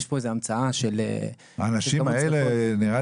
יש פה איזה המצאה --- האנשים האלה נראה